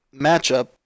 matchup